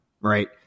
right